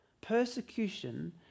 Persecution